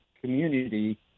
community